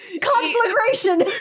Conflagration